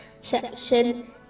section